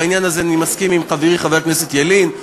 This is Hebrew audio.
בעניין הזה אני מסכים עם חברי חבר הכנסת ילין,